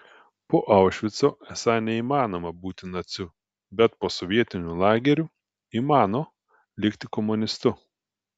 po aušvico esą neįmanoma būti naciu bet po sovietinių lagerių įmano likti komunistu